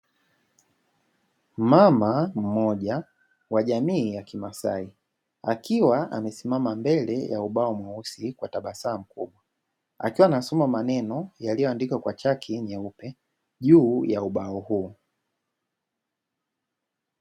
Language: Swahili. Mama mmoja wa jamii ya kimasai akiwa amesimama mbele ya ubao mweusi kwa tabasamu akiwa anasoma maneno yaliyoandikwa kwa chaki nyeupe juu ya ubao huo.